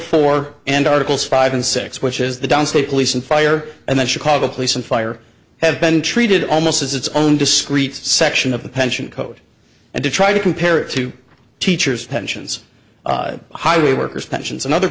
four and articles five and six which is the downstate police and fire and the chicago police and fire have been treated almost as its own discrete section of the pension code and to try to compare it to teachers pensions highway workers pensions and other